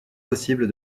possible